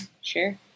Sure